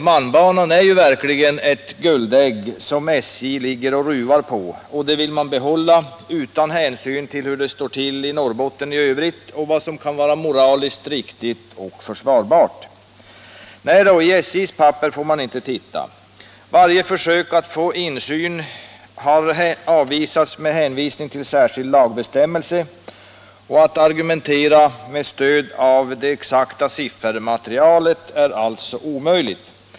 Malmbanan är verkligen ett guldägg som SJ ligger och ruvar på, och det vill man behålla — utan hänsyn till hur det står till i Norrbotten i övrigt och vad som kan vara moraliskt riktigt och försvarbart. Nej då, i SJ:s papper får man inte titta. Varje försök att få insyn har avvisats med hänvisning till särskild lagbestämmelse, och att argumentera med stöd av det exakta siffermaterialet är alltså omöjligt.